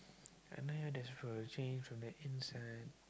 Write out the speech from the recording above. just for a change from the inside